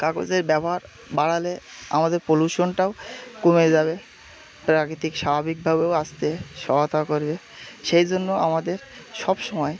কাগজের ব্যবহার বাড়ালে আমাদের পলিউশনটাও কমে যাবে প্রাকৃতিক স্বাভাবিকভাবেও আসতে সহায়তা করবে সেই জন্য আমাদের সবসময়